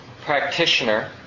practitioner